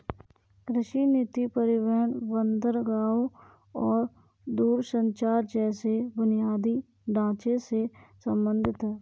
कृषि नीति परिवहन, बंदरगाहों और दूरसंचार जैसे बुनियादी ढांचे से संबंधित है